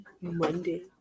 Monday